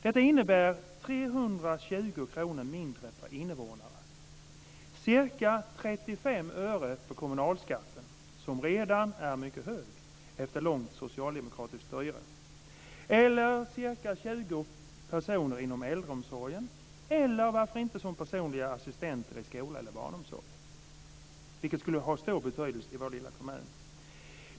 Det innebär 320 kr mindre per invånare och ca 35 öre på kommunalskatten, som efter långt socialdemokratiskt styre redan är mycket hög, eller ca 20 personer inom äldreomsorgen eller som personliga assistenter inom skola och barnomsorg, vilket skulle ha stor betydelse i vår lilla kommun.